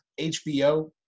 HBO